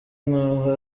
nkaho